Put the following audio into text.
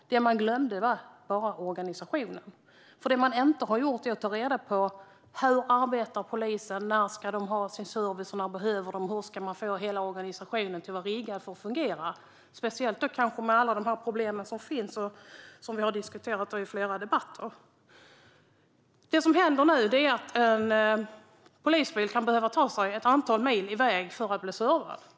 Det enda man glömde var organisationen, för det man inte har gjort är att ta reda på hur polisen arbetar, när de behöver sin service och hur de ska få hela organisationen riggad för att fungera, speciellt med alla problem som finns och som vi har diskuterat i flera debatter. Det som händer nu är att en polisbil kan behöva ta sig i väg ett antal mil för att bli servad.